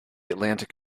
atlantic